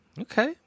Okay